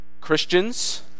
Christians